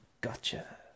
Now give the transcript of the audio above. gotcha